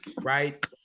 right